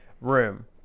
room